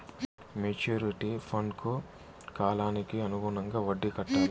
maturity ఫండ్కు కాలానికి అనుగుణంగా వడ్డీ కట్టాలి